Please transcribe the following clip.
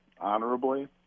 honorably